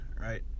Right